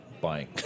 buying